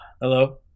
Hello